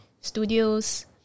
Studios